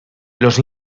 los